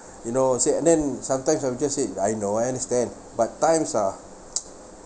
you know what I'm say~ and then sometimes I will just say I know I understand but times are